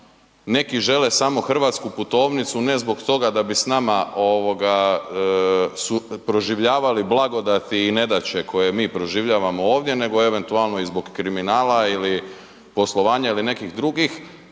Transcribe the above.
neki žele samo hrvatsku putovnicu ne zbog toga da bi s nama ovoga proživljavali blagodati i nedaće koje mi proživljavamo ovdje nego eventualno i zbog kriminala ili poslovanja ili nekih drugih,